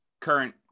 current